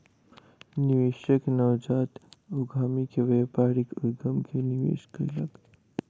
निवेशक नवजात उद्यमी के व्यापारिक उद्यम मे निवेश कयलक